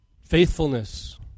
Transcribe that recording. faithfulness